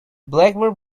blackbird